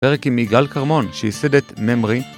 פרק עם יגאל קרמון שייסד את ממרי